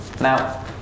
Now